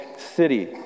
city